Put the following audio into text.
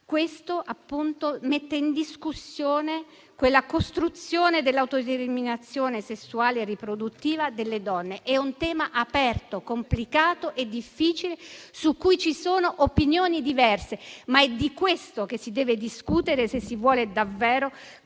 questo appunto mette in discussione la costruzione dell'autodeterminazione sessuale e riproduttiva delle donne. È un tema aperto, complicato e difficile, su cui ci sono opinioni diverse, ma è di questo che si deve discutere, se si vuole davvero fare